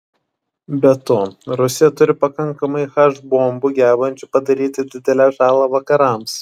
be to rusija turi pakankamai h bombų gebančių padaryti didelę žalą vakarams